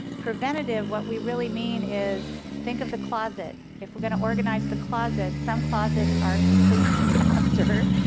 preventative, what we really mean is think of the closet. if we're gonna organize the closet, some closets are complete disaster,